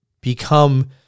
become